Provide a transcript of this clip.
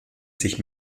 sich